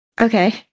Okay